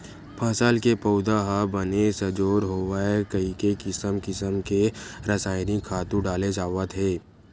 फसल के पउधा ह बने सजोर होवय कहिके किसम किसम के रसायनिक खातू डाले जावत हे